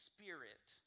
Spirit